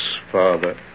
father